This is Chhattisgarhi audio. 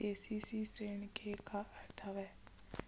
के.सी.सी ऋण के का अर्थ हवय?